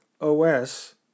OS